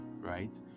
right